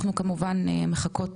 אנחנו כמובן מחכות,